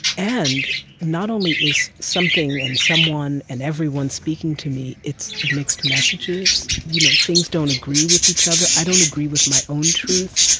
and not only is something and someone and everyone speaking to me, it's mixed messages. you know things don't agree with each other. i don't agree with my own truth.